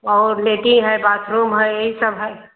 और लेटीन है बाथरूम है ये सब हैय